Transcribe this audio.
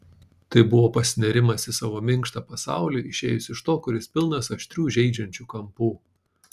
tai buvo pasinėrimas į savo minkštą pasaulį išėjus iš to kuris pilnas aštrių žeidžiančių kampų